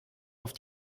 auf